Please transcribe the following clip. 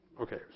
Okay